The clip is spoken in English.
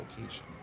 location